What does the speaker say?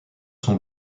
sont